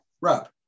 Rob